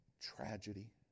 tragedy